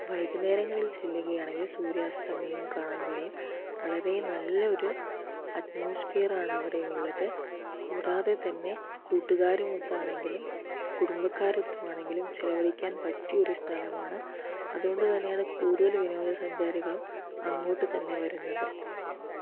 വൈകുന്നേരങ്ങളിൽ ചെല്ലുകയാണെങ്കിൽ സൂര്യാസ്തമയവും കാണാൻ കഴിയും വളരേ നല്ലൊരു അറ്റ്മോസ്ഫിയറാണ് അവിടെയുള്ളത് കൂടാതെ തന്നെ കൂട്ടുകാരുമൊത്താണെങ്കിലും കൂടുംബക്കാരുമൊത്താണെങ്കിലും ചിലവഴിക്കാൻ പറ്റിയൊരു സ്ഥലമാണ് അതുകൊണ്ട് തന്നെയാണ് കൂടുതൽ വിനോദ സഞ്ചാരികളും അങ്ങോട്ട് തന്നെ വരുന്നത്